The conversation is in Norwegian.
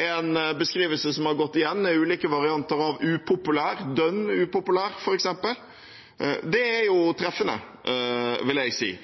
En beskrivelse som har gått igjen, er ulike varianter av upopulær, f.eks. «dønn upopulær». Det er jo treffende, vil jeg si.